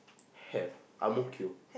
have Ang-Mo-Kio